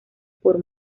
por